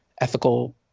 ethical